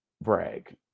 brag